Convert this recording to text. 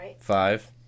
five